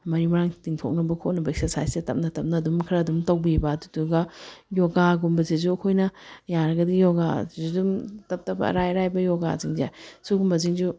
ꯃꯔꯤ ꯃꯔꯥꯡ ꯇꯤꯡꯊꯣꯛꯅꯕ ꯈꯣꯠꯅꯕ ꯑꯦꯛꯁꯔꯁꯥꯏꯁꯁꯦ ꯇꯞꯅ ꯇꯞꯅ ꯑꯗꯨꯝ ꯇꯧꯕꯤꯕ ꯑꯗꯨꯗꯨꯒ ꯌꯣꯒꯥꯒꯨꯝꯕꯁꯤꯁꯨ ꯑꯩꯈꯣꯏꯅ ꯌꯥꯔꯒꯗꯤ ꯌꯣꯒꯥꯁꯤꯁꯨ ꯗꯨꯃ ꯇꯞꯅ ꯇꯞꯅ ꯑꯔꯥꯏ ꯑꯔꯥꯏꯕ ꯌꯣꯒꯥꯁꯤꯡꯁꯦ ꯁꯤꯒꯨꯝꯕꯁꯤꯡꯁꯤꯁꯨ